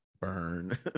Burn